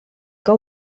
que